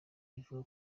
ivuga